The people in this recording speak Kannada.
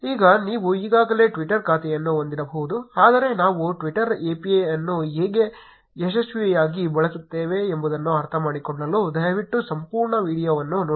ಈಗ ನೀವು ಈಗಾಗಲೇ ಟ್ವಿಟರ್ ಖಾತೆಯನ್ನು ಹೊಂದಿರಬಹುದು ಆದರೆ ನಾವು ಟ್ವಿಟರ್ API ಅನ್ನು ಹೇಗೆ ಯಶಸ್ವಿಯಾಗಿ ಬಳಸುತ್ತೇವೆ ಎಂಬುದನ್ನು ಅರ್ಥಮಾಡಿಕೊಳ್ಳಲು ದಯವಿಟ್ಟು ಸಂಪೂರ್ಣ ವೀಡಿಯೊವನ್ನು ನೋಡಿ